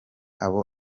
abo